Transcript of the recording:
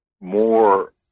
more